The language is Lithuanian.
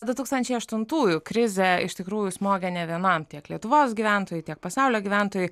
du tūkstančiai aštuntųjų krizė iš tikrųjų smogė ne vienam tiek lietuvos gyventojui tiek pasaulio gyventojui